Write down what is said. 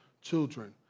children